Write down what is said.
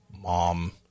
mom